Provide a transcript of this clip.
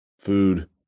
food